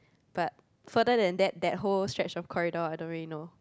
but further than that that whole stretch of corridor I don't really know